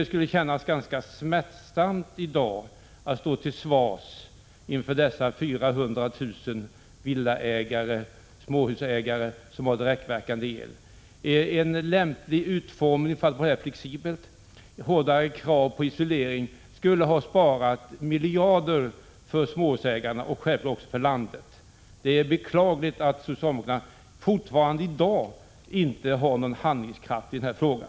Det måste kännas smärtsamt att i dag stå till svars inför dessa 400 000 småhusägare som har direktverkande el. En lämplig utformning för att nå flexibilitet och hårdare krav på isolering skulle ha sparat miljarder för småhusägarna och självfallet också för landet. Det är beklagligt att socialdemokraterna fortfarande i dag inte har någon handlingskraft i den här frågan.